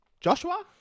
Joshua